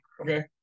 okay